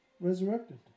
resurrected